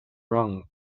wrong